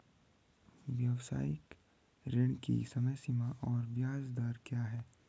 व्यावसायिक ऋण की समय सीमा और ब्याज दर क्या है?